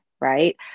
right